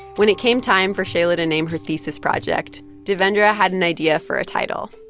when it came time for shaila to name her thesis project, devendra had an idea for a title.